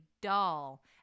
dull